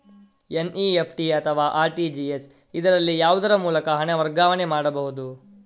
NEFT ಅಥವಾ RTGS, ಇದರಲ್ಲಿ ಯಾವುದರ ಮೂಲಕ ಹಣ ವರ್ಗಾವಣೆ ಮಾಡಬಹುದು?